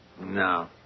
No